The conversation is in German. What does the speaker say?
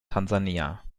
tansania